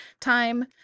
time